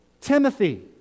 Timothy